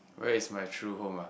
where is my true home ah